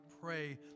pray